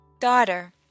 daughter